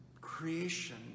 Creation